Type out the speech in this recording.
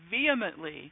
vehemently